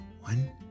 One